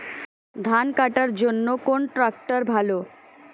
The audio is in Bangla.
ধান কাটার জন্য কোন ট্রাক্টর ভালো?